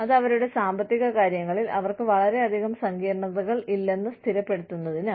അത് അവരുടെ സാമ്പത്തിക കാര്യങ്ങളിൽ അവർക്ക് വളരെയധികം സങ്കീർണതകൾ ഇല്ലെന്ന് സ്ഥിരപ്പെടുത്തുന്നതിനാണ്